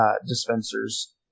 dispensers